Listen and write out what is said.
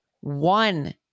one